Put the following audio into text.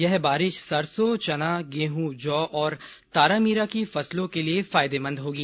यह बारिश सरसों चना ग्रेहूं जौ और तारामीरा की फसलों के लिए फायदेमंद होगी